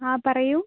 ആ പറയൂ